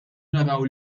naraw